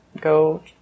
go